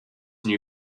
new